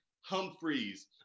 Humphreys